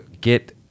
get